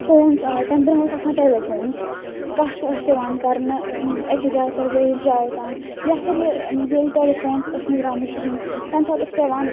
phones آیہِ تَمہِ برٛونٛہہ ٲس آسان ٹیٚلِفونٕز کتھ ٲس یوان کرنہٕ أکِس جایہِ پٮ۪ٹھ بیٚیِس جایہِ تام یا پھر ییٚلہِ ٹیٚلِفونٕز ٲسۍ نہٕ درٛامٕتۍ کِہیٖنۍ تَمہِ ساتہٕ اوس پیٚوان